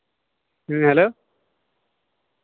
hello